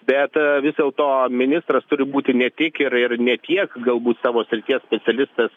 bet vis dėlto ministras turi būti ne tik ir ir ne tiek galbūt savo srities specialistas